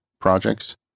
projects